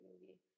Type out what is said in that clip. movie